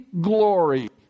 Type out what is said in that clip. glory